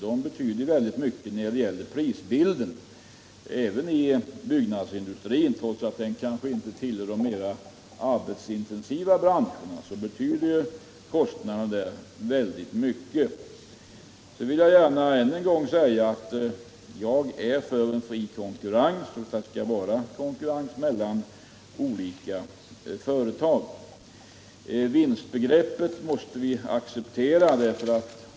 Detta betyder mycket när = viss byggnadsmatedet gäller prisbilden, även i byggnadsindustrin, trots att den inte hör = rialindustri till de mera arbetsintensiva branscherna. Så vill jag gärna än en gång säga att jag är för fri konkurrens mellan olika företag. Vinstbegreppet måste vi acceptera.